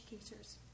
educators